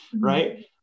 Right